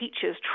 teachers